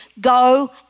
go